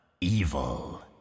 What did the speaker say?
evil